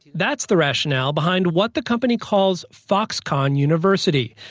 that's the rationale behind what the company calls foxconn university,